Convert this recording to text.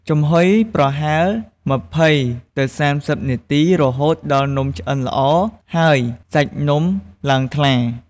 ចំហុយប្រហែល ២០ទៅ៣០ នាទី រហូតដល់នំឆ្អិនល្អ ហើយសាច់នំឡើងថ្លា។